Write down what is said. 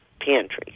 pantry